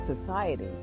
society